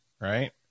right